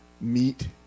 meet